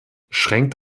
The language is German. schränkt